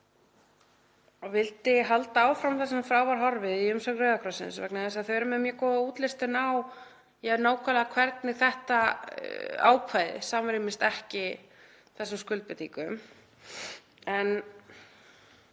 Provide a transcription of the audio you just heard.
Ég vil halda áfram þar sem frá var horfið í umsögn Rauða krossins vegna þess að þau eru með mjög góða útlistun á því nákvæmlega hvernig þetta ákvæði samrýmist ekki þessum skuldbindingum.